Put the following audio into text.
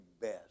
best